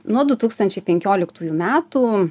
nuo du tūkstančiai penkioliktųjų metų